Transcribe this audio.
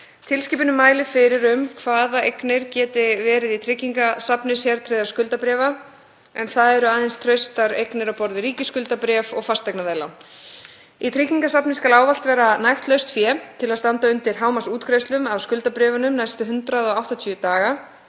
Tilskipunin mælir fyrir um hvaða eignir geti verið í tryggingasafni sértryggðra skuldabréfa, en það eru aðeins traustar eignir á borð við ríkisskuldabréf og fasteignaveðlán. Í tryggingasafni skal ávallt vera nægt laust fé til að standa undir hámarksútgreiðslum af skuldabréfunum næstu 180 daga.